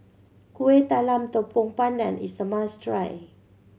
Kueh Talam Tepong Pandan is a must try